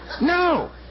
no